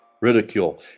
ridicule